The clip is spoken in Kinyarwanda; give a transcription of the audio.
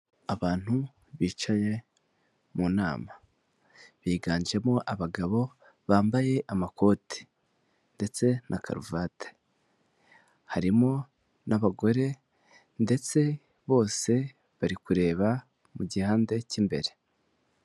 Abantu bicaye mu nama, biganjemo abagabo bambaye amakoti ndetse na karuvati, harimo n'abagore ndetse bose bari kureba mu gihande k'imbere.